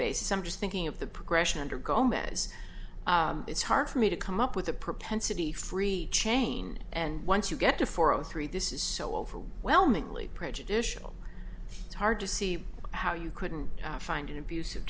basis some just thinking of the progression under gomez it's hard for me to come up with a propensity free chain and once you get to four zero three this is so overwhelmingly prejudicial it's hard to see how you couldn't find an abus